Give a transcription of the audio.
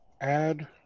add